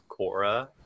Korra